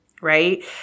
right